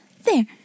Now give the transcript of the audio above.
There